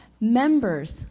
members